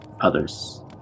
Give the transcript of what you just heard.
others